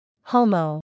HOMO